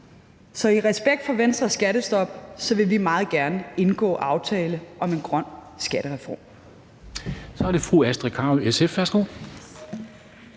Så i respekt for Venstres skattestop vil vi meget gerne indgå aftale om en grøn skattereform.